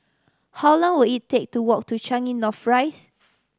how long will it take to walk to Changi North Rise